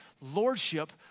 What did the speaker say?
lordship